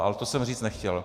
Ale to jsem říct nechtěl.